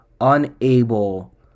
unable